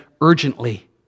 urgently